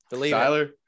Tyler